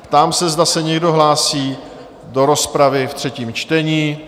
Ptám se, zda se někdo hlásí do rozpravy ve třetím čtení?